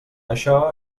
això